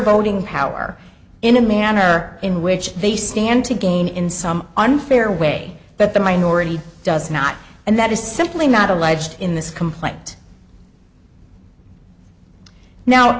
voting power in a manner in which they stand to gain in some unfair way that the minority does not and that is simply not alleged in this complaint now